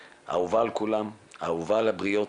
כולם, אהובה על הבריות,